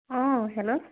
অঁ হেল্ল'